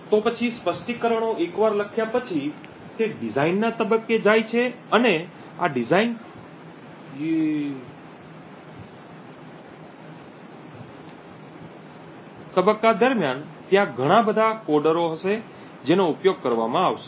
તો પછી સ્પષ્ટીકરણો એકવાર લખ્યા પછી તે ડિઝાઇનના તબક્કે જાય છે અને આ ડિઝાઇન તબક્કા દરમિયાન ત્યાં ઘણા બધા કોડરો હશે જેનો ઉપયોગ કરવામાં આવશે